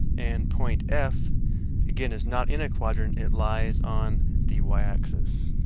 and point f again is not in a quadrant it lies on the y axis.